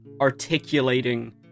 articulating